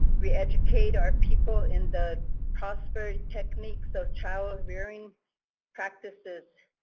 re-educate our people in the proper techniques of child rearing practices.